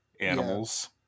animals